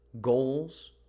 goals